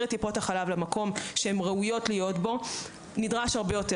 את טיפות החלב למקום בו הן ראויות להיות נדרש הרבה יותר